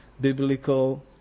biblical